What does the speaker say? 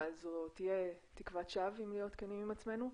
אבל זו תהיה תקוות שווא אם להיות כנים עם עצמנו,